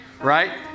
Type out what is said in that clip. right